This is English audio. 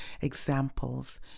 examples